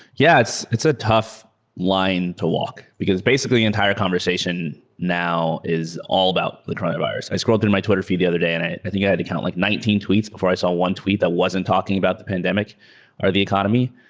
yes, it's a tough line to walk, because basically the entire conversation now is all about the coronavirus. i scrolled through my twitter feed the other day and i i think i had to count like nineteen tweets before i saw one tweet that wasn't talking about the pandemic or the economy,